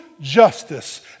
justice